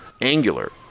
Angular